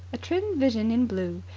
a trim vision in blue.